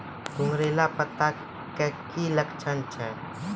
घुंगरीला पत्ता के की लक्छण छै?